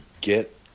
get